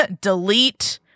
delete